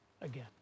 again